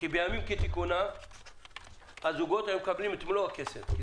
כי בימים כתיקונם הזוגות היו מקבלים את מלוא הכסף אם